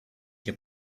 your